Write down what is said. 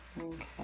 Okay